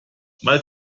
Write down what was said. mal